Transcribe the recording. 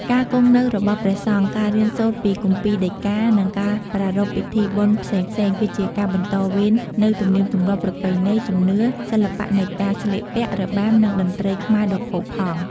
ការគង់នៅរបស់ព្រះសង្ឃ ការរៀនសូត្រពីគម្ពីរដីកា និងការប្រារព្ធពិធីបុណ្យផ្សេងៗ គឺជាការបន្តវេននូវទំនៀមទម្លាប់ ប្រពៃណី ជំនឿ សិល្បៈនៃការស្លៀកពាក់ របាំ និងតន្ត្រីខ្មែរដ៏ផូរផង់។